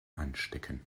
anstecken